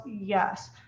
Yes